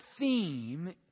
theme